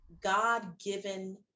God-given